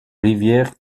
rivière